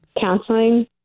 Counseling